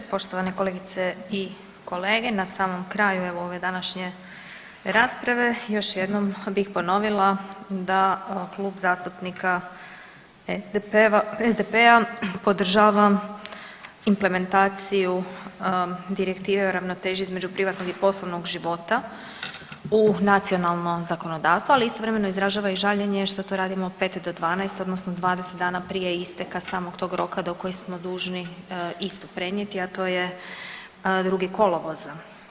Poštovane kolegice i kolege, na samom kraju evo ove današnje rasprave još jednom bih ponovila da Klub zastupnika SDP-a podržava implementaciju Direktive o ravnoteži između privatnog i poslovnog života u nacionalno zakonodavstvo, ali istovremeno izražava i žaljenje što to radimo 5 do 12 odnosno 20 dana prije isteka samog tog roka do koji smo dužni isto prenijeti, a to je 2. kolovoza.